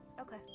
Okay